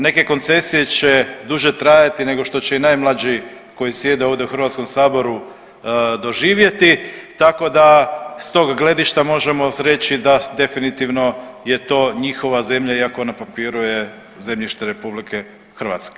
Neke koncesije će duže trajati nego što će i najmlađi koji sjede ovdje u HS doživjeti, tako da s tog gledišta možemo reći da definitivno je to njihova zemlja iako na papiru je zemljište RH.